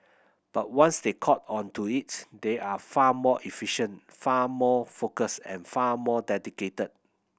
but once they catch on to it they are far more efficient far more focused and far more dedicated